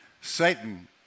Satan